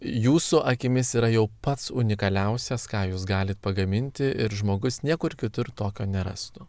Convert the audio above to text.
jūsų akimis yra jau pats unikaliausias ką jūs galit pagaminti ir žmogus niekur kitur tokio nerastų